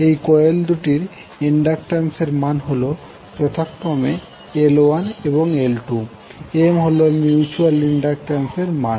এই কোয়েল দুটির ইন্ডাক্টান্স এর মান হল যথাক্রমে L1এবং L2 M হল মিউচুয়াল ইন্ডাকট্যান্স এর মান